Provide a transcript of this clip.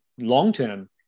long-term